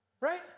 Right